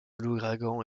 l’ouragan